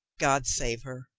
god save her!